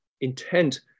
intent